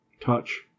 touch